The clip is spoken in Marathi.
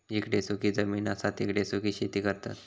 जिकडे सुखी जमीन असता तिकडे सुखी शेती करतत